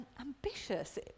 ambitious